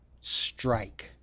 strike